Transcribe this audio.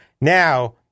Now